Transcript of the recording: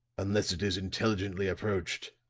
unless it is intelligently approached,